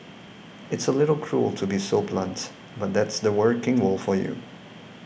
it's a little cruel to be so blunt but that's the working world for you